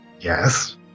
Yes